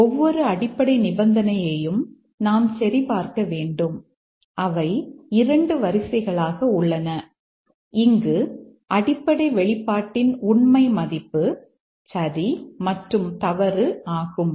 ஒவ்வொரு அடிப்படை நிபந்தனையையும் நாம் சரிபார்க்க வேண்டும் அவை 2 வரிசைகளாக உள்ளன இங்கு அடிப்படை வெளிப்பாட்டின் உண்மை மதிப்பு சரி மற்றும் தவறு ஆகும்